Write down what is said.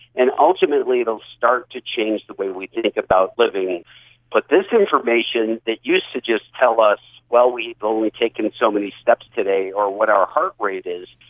and ultimately it will start to change the way we think about living. but this information that used to just tell us, well, we've only taken so many steps today, or what our heart rate is,